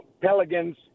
Pelicans